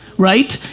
right.